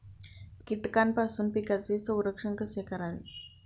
कीटकांपासून पिकांचे संरक्षण कसे करावे?